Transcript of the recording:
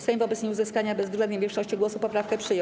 Sejm wobec nieuzyskania bezwzględnej większości głosów poprawkę przyjął.